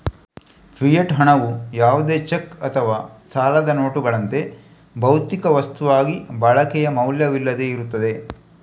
fiat ಹಣವು ಯಾವುದೇ cheque ಅಥವಾ ಸಾಲದ ನೋಟುಗಳಂತೆ, ಭೌತಿಕ ವಸ್ತುವಾಗಿ ಬಳಕೆಯ ಮೌಲ್ಯವಿಲ್ಲದೆ ಇರುತ್ತದೆ